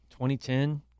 2010